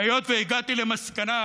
והיות שהגעתי למסקנה,